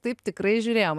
taip tikrai žiūrėjom